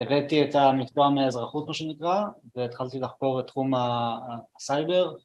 ‫הבאתי את המתווה מהאזרחות, ‫מה שנקרא, ‫והתחלתי לחקור את תחום הסייבר.